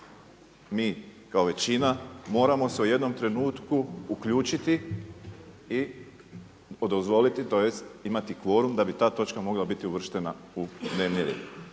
mi kao većina moramo se u jednom trenutku uključiti i dozvoliti, tj. imati kvorum da bi ta točka mogla biti uvrštena u dnevni